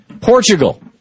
Portugal